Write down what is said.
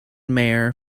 mayor